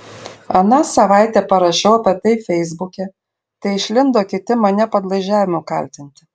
aną savaitę parašiau apie tai feisbuke tai išlindo kiti mane padlaižiavimu kaltinti